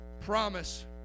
promise